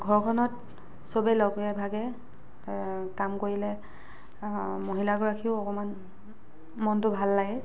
ঘৰখনত চবে লগে ভাগে কাম কৰিলে মহিলাগৰাকীৰো অকণমান মনটো ভাল লাগে